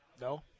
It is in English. No